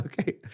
okay